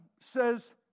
says